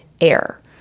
air